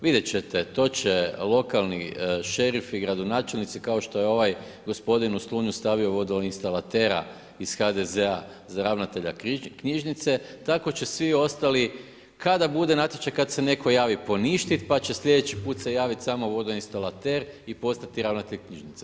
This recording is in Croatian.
Vidjet ćete, to će lokalni šerifi i gradonačelnici kao što je ovaj gospodin u Slunju stavio vodoinstalatera iz HDZ-a za ravnatelja za ravnatelja knjižnice, tako će svi ostali kada bude natječaj, kad se netko javi, poništiti pa će slijedeći put se javiti samo vodoinstalater i postati ravnatelj knjižnice.